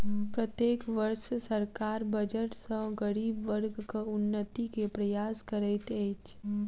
प्रत्येक वर्ष सरकार बजट सॅ गरीब वर्गक उन्नति के प्रयास करैत अछि